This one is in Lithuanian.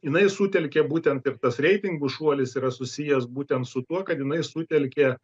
jinai sutelkė būtent ir tas reitingų šuolis yra susijęs būtent su tuo kad jinai sutelkė